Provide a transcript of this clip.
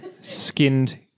skinned